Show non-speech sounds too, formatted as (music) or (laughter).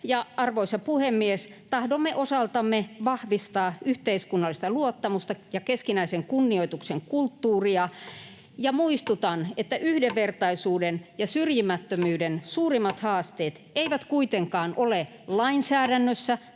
Arvoisa puhemies! Tahdomme osaltamme vahvistaa yhteiskunnallista luottamusta ja keskinäisen kunnioituksen kulttuuria. Muistutan, (noise) että yhdenvertaisuuden ja syrjimättömyyden suurimmat haasteet eivät kuitenkaan ole lainsäädännössä